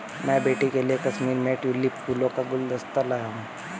मैं बेटी के लिए कश्मीर से ट्यूलिप फूलों का गुलदस्ता लाया हुं